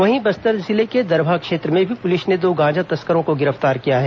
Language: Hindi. वहीं बस्तर जिले के दरभा क्षेत्र में भी पुलिस ने दो गांजा तस्करों को गिरफ्तार किया है